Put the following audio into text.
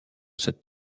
cette